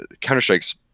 counter-strikes